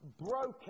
broken